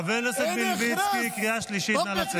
חבר הכנסת חנוך מלביצקי, קריאה שנייה.